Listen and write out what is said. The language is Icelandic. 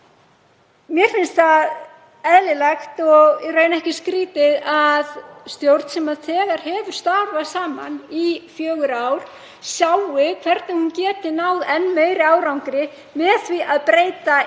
Mér finnst það eðlilegt og í raun ekki skrýtið að stjórn sem þegar hefur starfað saman í fjögur ár sjái hvernig hún geti náð enn meiri árangri með því að breyta